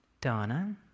Donna